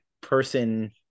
person